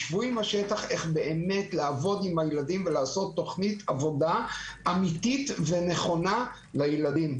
איך באמת לעבוד עם הילדים ולעשות תכנית עבודה אמיתית ונכונה לילדים.